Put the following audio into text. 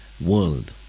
world